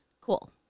cool